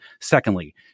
Secondly